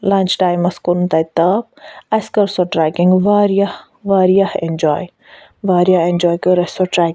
lunch ٹایمَس کورُن تَتہِ تاپھ اسہِ کٔرۍ سۄ ٹرٛیکِنٛگ واریاہ واریاہ ایٚنجواے واریاہ ایٚنجواے کٔر اسہِ سۄ ٹرٛیکِنٛگ